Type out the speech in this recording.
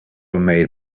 made